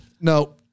No